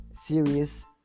series